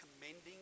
commending